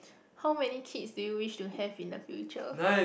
how many kids do you wish to have in the future